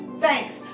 thanks